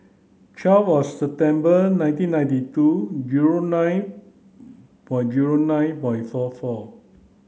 twelve September nineteen ninety two zero nine by zero nine by four four